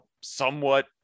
somewhat